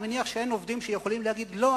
אני מניח שאין עובדים שיכולים להגיד: לא,